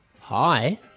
Hi